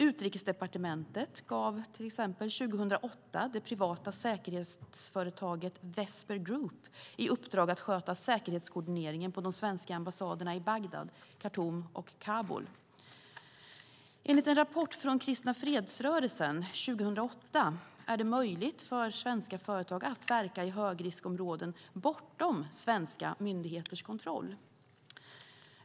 Utrikesdepartementet gav till exempel 2008 det privata säkerhetsföretaget Vesper Group i uppdrag att sköta säkerhetskoordineringen på de svenska ambassaderna i Bagdad, Khartoum och Kabul. Enligt en rapport från Kristna Fredsrörelsen 2008 är det möjligt för svenska företag att verka i högriskområden bortom svenska myndigheters kontroll.